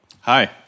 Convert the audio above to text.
Hi